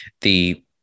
the-